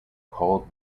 called